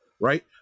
right